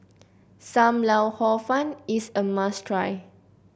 Sam Lau Hor Fun is a must try